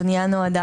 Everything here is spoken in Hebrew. הפנייה נועדה